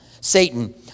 Satan